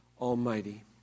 Almighty